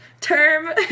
term